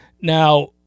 now